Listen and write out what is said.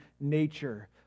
nature